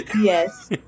Yes